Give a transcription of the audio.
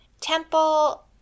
Temple